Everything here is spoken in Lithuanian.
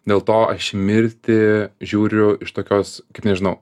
dėl to aš į mirtį žiūriu iš tokios kaip nežinau